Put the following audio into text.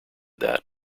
that